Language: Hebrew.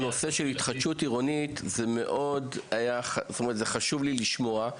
שהנושא של התחדשות עירונית זה חשוב לי לשמוע.